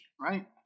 right